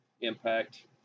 impact